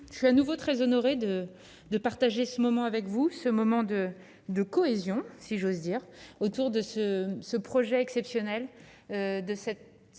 je suis à nouveau très honoré de de partager ce moment avec vous ce moment de de cohésion, si j'ose dire, autour de ce ce projet exceptionnel de cette